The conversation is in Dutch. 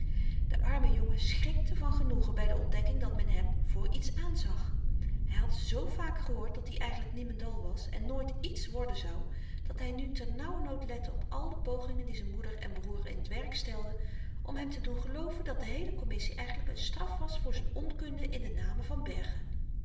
de arme jongen schrikte van genoegen by de ontdekking dat men hem voor iets aanzag hy had z vaak gehoord dat-i eigenlyk niemendal was en nooit iets worden zou dat hy nu ter nauwernood lette op al de pogingen die z'n moeder en broêr in t werk stelden om hem te doen gelooven dat de heele commissie eigenlyk een straf was voor z'n onkunde in de namen van bergen